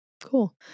Cool